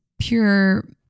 pure